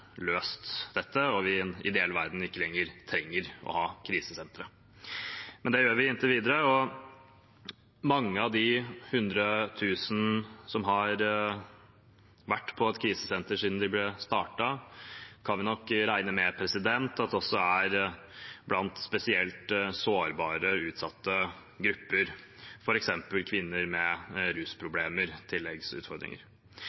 løst dette og vi – i en ideell verden – ikke lenger trenger å ha krisesentre. Men det gjør vi inntil videre, og mange av de hundre tusen som har vært på et krisesenter siden disse ble startet, kan vi nok regne med også kommer fra spesielt sårbare og utsatte grupper, f.eks. kvinner med